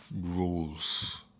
rules